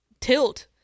tilt